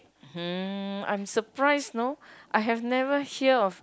hmm I'm surprised you know I have never hear of